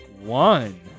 one